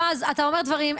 אתה אומר דברים,